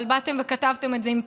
אבל באתן וכתבתן את זה בטוש,